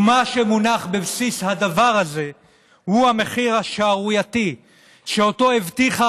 ומה שמונח בבסיס הדבר הזה הוא המחיר השערורייתי שאותו הבטיחה